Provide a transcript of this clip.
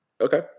Okay